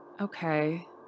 Okay